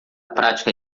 prática